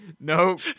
Nope